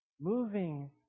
Moving